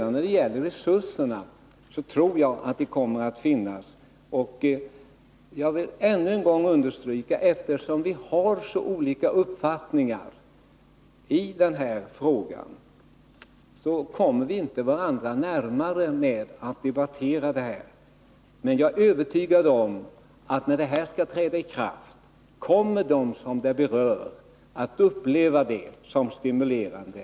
När det gäller resurserna vill jag säga att jag tror att de kommer att finnas. Jag vill ännu en gång understryka att eftersom vi har så olika uppfattningar i den här frågan kommer vi inte varandra närmare genom att debattera den. Men jag är övertygad om att när beslutet skall träda i kraft kommer de som är berörda av det att uppleva det som stimulerande.